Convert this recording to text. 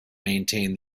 maintain